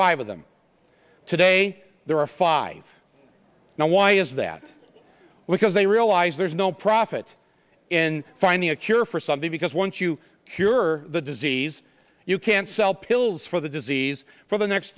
five of them today there are five now why is that because they realize there's no profit in finding a cure for something because once you cure the disease you can't sell pills for the disease for the next